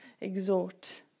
exhort